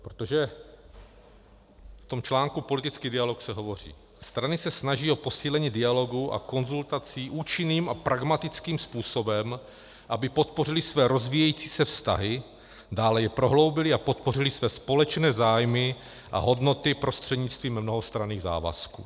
Protože v tom článku politický dialog se hovoří: Strany se snaží o posílení dialogu a konzultací účinným a pragmatickým způsobem, aby podpořily své rozvíjející se vztahy, dále je prohloubily a podpořily své společné zájmy a hodnoty prostřednictvím mnohostranných závazků.